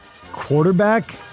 quarterback